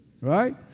Right